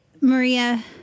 Maria